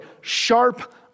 sharp